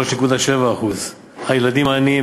ב-3.7%; הילדים העניים,